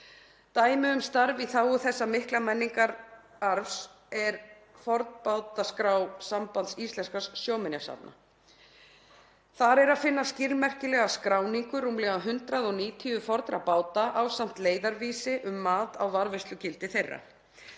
Dæmi um starf í þágu þessa mikla menningararfs er fornbátaskrá Sambands íslenskra sjóminjasafna. Þar er að finna skilmerkilega skráningu rúmlega 190 fornbáta ásamt leiðarvísi um mat á varðveislugildi þeirra.